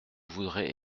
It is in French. voudrais